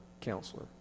counselor